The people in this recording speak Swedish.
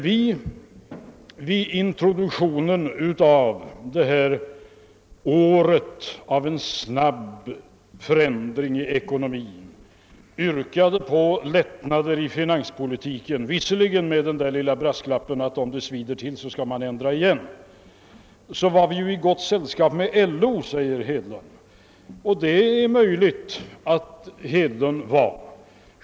När vi i början av det år, då det blev en snabb förändring i ekonomin, yrkade på lättnader i finanspolitiken — visserligen med den lilla brasklappen att om det svider till, så får man ändra igen — så var vi i gott sällskap med LO. Det är möjligt att det är riktigt.